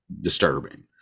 disturbing